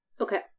Okay